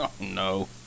No